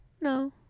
no